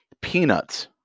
Peanuts